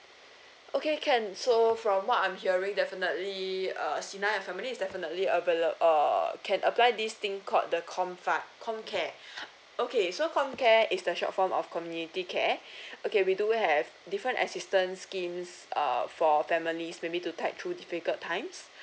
okay can so from what I'm hearing definitely uh Sina your family is definitely available err can apply this thing called the comfact comcare okay so comcare is the short form of community care okay we do have different assistance scheme err for families maybe to through difficult times